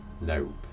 Nope